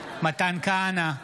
נגד מתן כהנא,